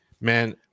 Man